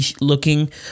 looking